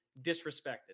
disrespected